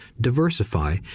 diversify